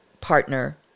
partner